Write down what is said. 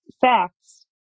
facts